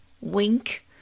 Wink